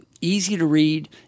easy-to-read